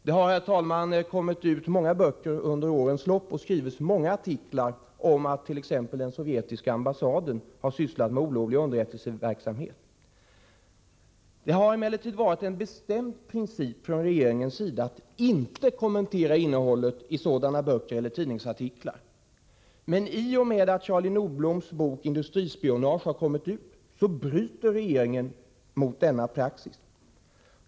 Det har, herr talman, kommit ut många böcker under årens lopp och skrivits många artiklar om att t.ex. den sovjetiska ambassaden sysslat med olovlig underrättelseverksamhet. Det har emellertid varit en bestämd princip från regeringens sida att inte kommentera innehållet i sådana böcker och tidningsartiklar. I och med att Charlie Nordbloms bok Industrispionage har kommit ut bryter regeringen mot denna praxis.